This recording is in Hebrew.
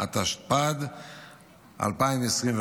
התשפ"ד 2024,